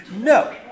No